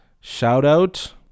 Shout-out